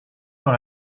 dans